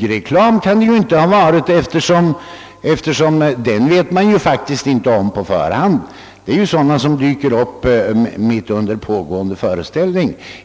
Det kan inte heller ha varit fråga om smygreklam, eftersom därmed avses sådan reklam som, utan att man på förhand känner till det, smyger sig in mitt under pågående sändning.